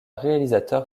réalisateur